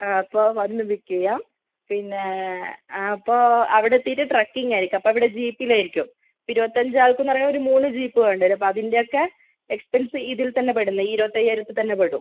ആ അപ്പോൾ വന്ന് പിക്ക് ചെയ്യാം പിന്നെ അപ്പോൾ അവിടെ എത്തിയിട്ട് ട്രക്കിങ്ങ് ആയിരിക്കും അപ്പോൾ അവിടെ ജീപ്പിലായിരിക്കും ഇരുപത്തഞ്ചാൾക്ക് പറയുമ്പോൾ മൂന്ന് ജീപ്പ് വേണ്ടിവരും അപ്പോൾ അതിൻ്റെയൊക്കെ എക്സ്പെൻസ് ഇതിൽത്തന്നെ പെടുന്നതാണ് ഈ ഇരുപത്തി അയ്യായിരത്തിൽ തന്നെ പെടും